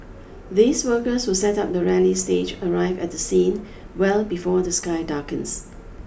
these workers who set up the rally stage arrive at the scene well before the sky darkens